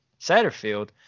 Satterfield